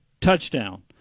touchdown